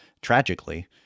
tragically